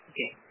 Okay